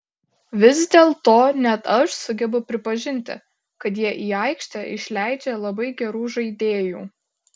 vis dėlto net aš sugebu pripažinti kad jie į aikštę išleidžia labai gerų žaidėjų